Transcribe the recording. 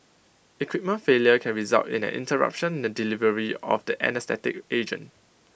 equipment failure can result in an interruption in the delivery of the anaesthetic agent